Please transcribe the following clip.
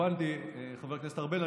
הבנתי, חבר הכנסת ארבל.